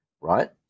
right